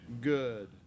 good